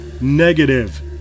Negative